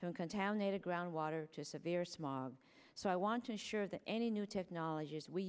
so contaminated ground water to severe smog so i want to ensure that any new technologies we